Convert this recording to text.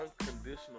Unconditional